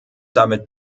damit